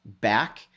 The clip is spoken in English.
back